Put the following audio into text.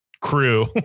crew